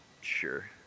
Sure